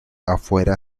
afuera